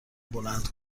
بلند